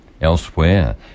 elsewhere